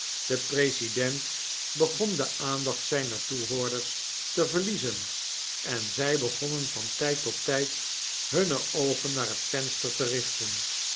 de president begon de aandacht zyner toehoorders te verliezen en zy begonnen van tyd tot tyd hunne oogen naar het venster te richten